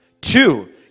Two